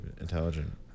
intelligent